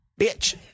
Bitch